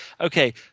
Okay